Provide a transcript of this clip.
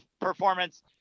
performance